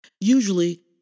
Usually